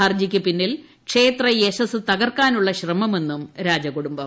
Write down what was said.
ഹർജിക്ക് പിന്നിൽ ക്ഷേത്ര യശസ്സ് തകർക്കാനുളള ശ്രമമെന്നും രാജകുടുംബം